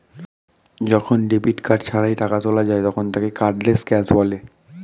যখন debit card ছাড়াই টাকা তোলা যায় তখন তাকে কার্ডলেস ক্যাশ বলে